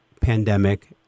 pandemic